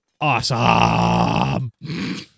Awesome